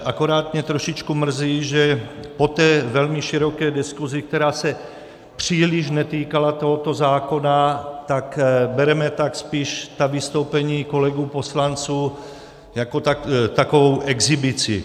Akorát mě trošičku mrzí, že po té velmi široké diskusi, která se příliš netýkala tohoto zákona, tak bereme ta vystoupení kolegů poslanců spíš jako takovou exhibici.